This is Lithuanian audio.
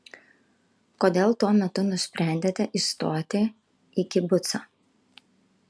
kodėl tuo metu nusprendėte įstoti į kibucą